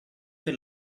per